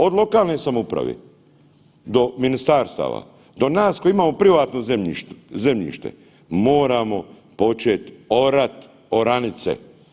Od lokalne samouprave do ministarstava, do nas koji imamo privatno zemljište, moramo početi orati oranice.